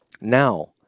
Now